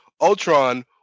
Ultron